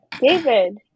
David